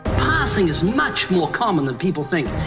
passing is much more common than people think.